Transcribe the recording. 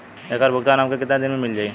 ऐकर भुगतान हमके कितना दिन में मील जाई?